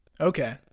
Okay